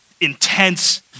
intense